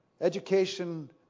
education